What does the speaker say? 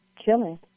chilling